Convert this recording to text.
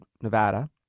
Nevada